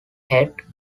head